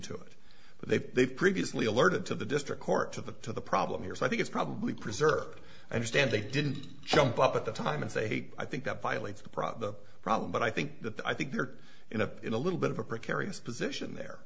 to it but they've they've previously alerted to the district court to the to the problem here so i think it's probably preserved i understand they didn't jump up at the time and say i think that violates the prob the problem but i think that i think they're in a in a little bit of a precarious position there